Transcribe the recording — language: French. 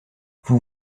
vous